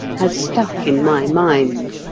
has stuck in my mind,